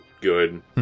good